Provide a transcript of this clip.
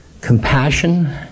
compassion